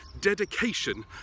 dedication